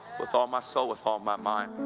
with all my soul, with all my mind,